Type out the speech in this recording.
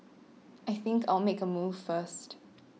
I think I'll make a move first